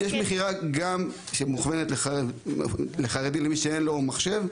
יש גם מכירה שמוכוונת לחרדים, למי שאין לו מחשב.